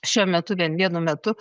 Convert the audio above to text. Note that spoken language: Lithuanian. šiuo metu vien vienu metu